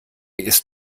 ist